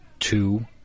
Two